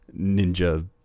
ninja